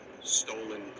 stolen